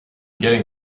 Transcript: getting